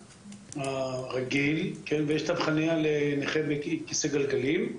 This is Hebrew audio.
רגיל ויש תו חניה לנכה בכיסא גלגלים.